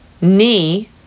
Knee